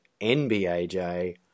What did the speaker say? NBAJ